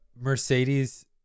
Mercedes